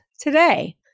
today